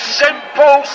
simple